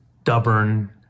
stubborn